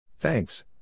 Thanks